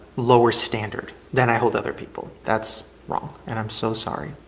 lower standard than i hold other people. that's wrong and i'm so sorry.